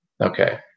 okay